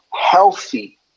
healthy